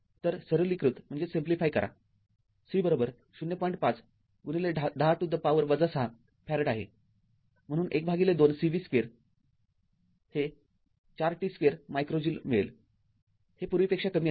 तर सरलीकृत करा C०५१० to the power ६ फॅरेड आहे म्हणून १२ Cv२ हे ४t२ मायक्रो ज्यूल मिळेल हे पूर्वीपेक्षा कमी असेल